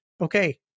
Okay